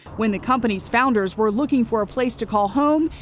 when the company's founders were looking for a place to call home,